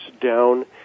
down